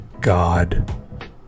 God